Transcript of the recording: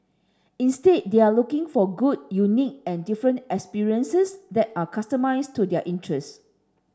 instead they are looking for good unique and different experiences that are customised to their interests